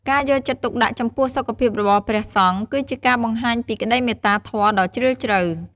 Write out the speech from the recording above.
ការយកចិត្តទុកដាក់ចំពោះសុខភាពរបស់ព្រះសង្ឃ គឺជាការបង្ហាញពីក្តីមេត្តាធម៌ដ៏ជ្រាលជ្រៅ។